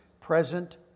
present